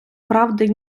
правди